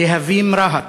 "להבים רהט",